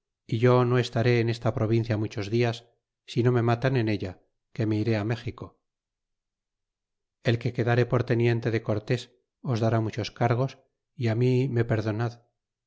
é yo no estaré en esta provincia muchos dias si no inc matan en ella que me iré á méxico el que quedare por teniente de cortés os dará muchos cargos é mí me perdonad